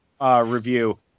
review